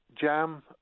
jam